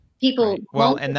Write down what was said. People